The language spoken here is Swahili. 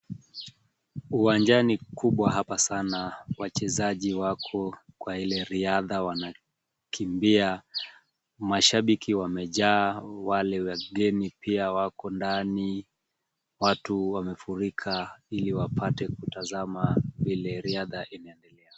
Uwanjani kubwa hapa sana, wachezaji wako kwa ile riadha wanakimbia, mashabiki wamejaa, wale wageni pia wako ndani. Watu wamefurika ili wapate kutazama ile riadha inaendelea.